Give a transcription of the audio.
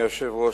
אדוני היושב-ראש,